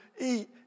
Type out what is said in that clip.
eat